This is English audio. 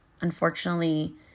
unfortunately